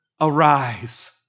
arise